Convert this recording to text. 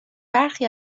برخی